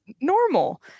normal